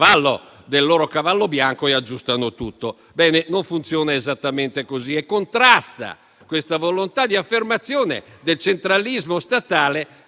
del loro cavallo bianco, e aggiustano tutto. Ebbene, non funziona esattamente così e questa volontà di affermazione del centralismo statale